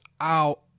out